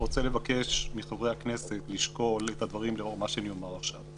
אני רוצה לבקש מחברי הכנסת לשקול את הדברים לאור מה שאומר עכשיו.